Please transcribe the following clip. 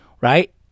right